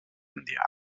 andiamo